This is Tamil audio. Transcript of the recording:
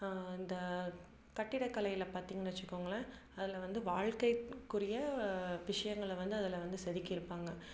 இந்த கட்டிடக்கலையில பார்த்தீங்கன்னு வச்சுக்கோங்களேன் அதில் வந்து வாழ்க்கைக்குரிய விஷயங்கள வந்து அதில் வந்து செதுக்கியிருப்பாங்க